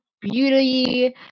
beauty